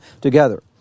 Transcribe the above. together